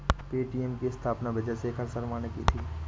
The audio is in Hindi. पे.टी.एम की स्थापना विजय शेखर शर्मा ने की थी